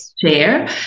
share